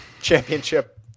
championship